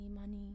money